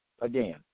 Again